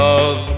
Love